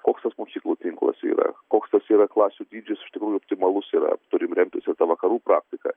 koks tas mokyklų tinklas yra koks tas yra klasių dydis iš tikrųjų optimalus yra turim remtis ir ta vakarų praktika